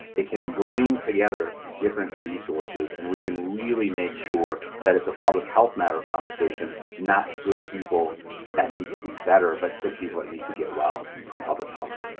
it can bring together different resources and we can really make sure that it's a public health matter conversation. not good people that need to be better but sick people that need to get well from public health.